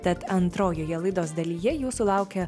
tad antrojoje laidos dalyje jūsų laukia